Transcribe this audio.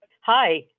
hi